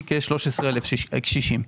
לכ-13,000 קשישים.